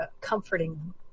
comforting